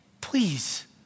Please